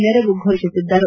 ನೆರವು ಘೋಷಿಸಿದ್ದರು